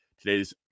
Today's